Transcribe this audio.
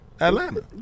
Atlanta